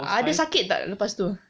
ada sakit tak lepas tu